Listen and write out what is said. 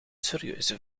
serieuze